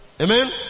amen